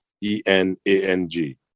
E-N-A-N-G